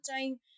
time